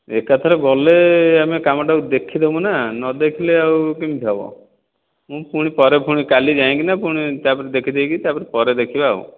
ଏକା ଥରେ ଗଲେ ଆମ କାମଟାକୁ ଦେଖି ଦେବୁ ନା ନ ଦେଖିଲେ ଆଉ କେମିତି ହେବ ମୁଁ ପୁଣି ପରେ ପୁଣି କାଲି ଯାଇକିନା ପୁଣି ଦେଖିଦେଇକି ତା ପରେ ପରେ ଦେଖିବା ଆଉ